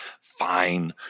fine